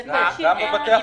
הדברים.